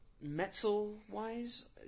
Metal-wise